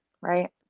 right